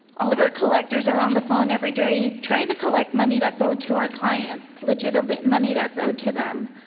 all of our collectors are on the phone every day trying to collect money that's owed to our clients, legitimate money that's owed to them,